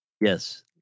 Yes